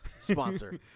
sponsor